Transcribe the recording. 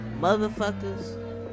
motherfuckers